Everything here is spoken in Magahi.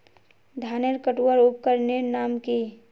धानेर कटवार उपकरनेर नाम की?